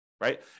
right